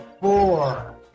Four